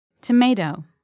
Tomato